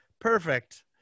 Perfect